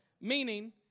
Meaning